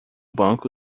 banco